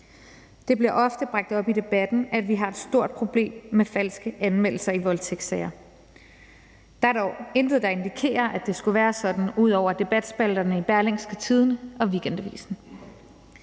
Det bliver ofte bragt op i debatten, at vi har et stort problem med falske anmeldelser i voldtægtssager. Der er dog intet, der indikerer, at det skulle være sådan ud over debatspalterne i Berlingske Tidende og Weekendavisen.